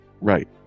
Right